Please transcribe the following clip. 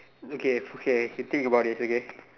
okay okay you think about this okay